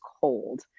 cold